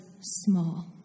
small